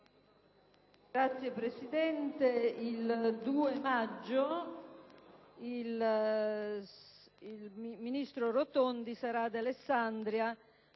Signora Presidente, il 2 maggio il ministro Rotondi sarà ad Alessandria